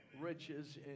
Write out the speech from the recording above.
riches